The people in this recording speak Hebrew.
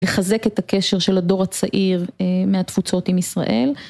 ולחזק את הקשר של הדור הצעיר מהתפוצות עם ישראל.